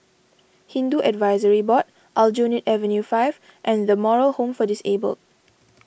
Hindu Advisory Board Aljunied Avenue five and the Moral Home for Disabled